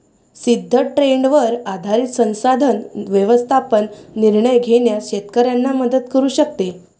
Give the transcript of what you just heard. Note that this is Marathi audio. सिद्ध ट्रेंडवर आधारित संसाधन व्यवस्थापन निर्णय घेण्यास शेतकऱ्यांना मदत करू शकते